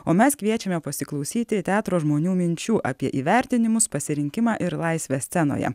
o mes kviečiame pasiklausyti teatro žmonių minčių apie įvertinimus pasirinkimą ir laisvę scenoje